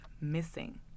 missing